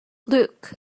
luke